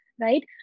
right